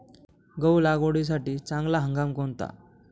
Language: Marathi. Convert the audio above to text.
गहू लागवडीसाठी चांगला हंगाम कोणता?